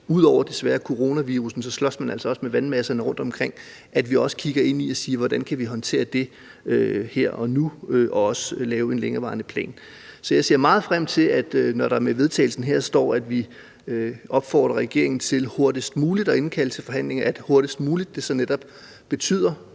ud over, desværre, coronavirussen slås man altså også med vandmasserne rundtomkring – og siger: Hvordan kan vi håndtere det her og nu og også lave en længerevarende plan? Så jeg ser meget frem til, at når der i forslaget til vedtagelse her står, at vi opfordrer regeringen til hurtigst muligt at indkalde til forhandlinger, så betyder »hurtigst muligt« netop så